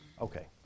Okay